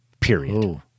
Period